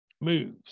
moves